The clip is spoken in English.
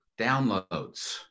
downloads